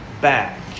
back